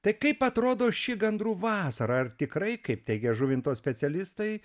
tai kaip atrodo ši gandrų vasara ar tikrai kaip teigia žuvinto specialistai